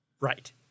Right